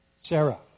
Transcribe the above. Sarah